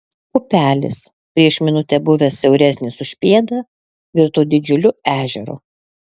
upelis prieš minutę buvęs siauresnis už pėdą virto didžiuliu ežeru